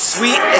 Sweet